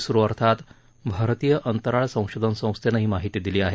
झो अर्थात भारतीय अंतराळ संशोधन संस्थेनं ही माहिती दिली आहे